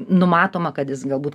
numatoma kad jis galbūt